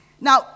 Now